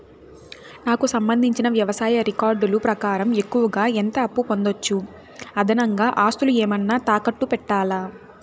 నాకు సంబంధించిన వ్యవసాయ రికార్డులు ప్రకారం ఎక్కువగా ఎంత అప్పు పొందొచ్చు, అదనంగా ఆస్తులు ఏమన్నా తాకట్టు పెట్టాలా?